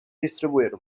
distribuir